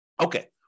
Okay